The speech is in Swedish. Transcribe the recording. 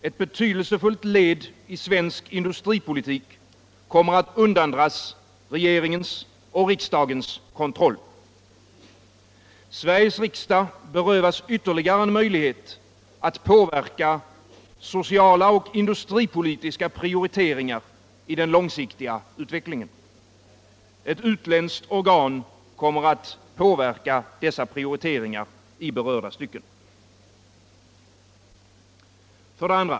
Ett betydelsefullt led i svensk industripolitik kommer att undandras regeringens och riksdagens kontroll. Sveriges riksdag berövas ytterligare en möjlighet att påverka sociala och industripolitiska prioriteringar i den långsiktiga utvecklingen. Ett utländskt organ kommer att påverka dessa prioriteringar i berörda stycken. 2.